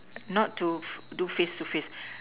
not to do face to face